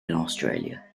australia